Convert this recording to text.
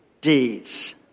deeds